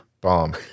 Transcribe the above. Bomb